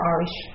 Irish